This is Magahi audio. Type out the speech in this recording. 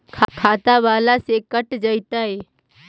खाता बाला से कट जयतैय?